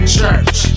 Church